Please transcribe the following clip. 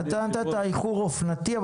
אתה נתת איחור אופנתי,